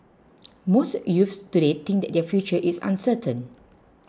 most youths today think their future is uncertain